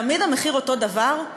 תמיד המחיר אותו דבר.